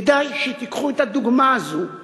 כדאי שתיקחו את הדוגמה הזאת.